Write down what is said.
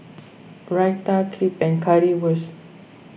Raita Crepe and Currywurst